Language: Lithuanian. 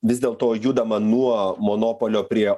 vis dėl to judama nuo monopolio prie